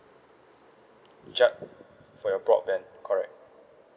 just for your broadband correct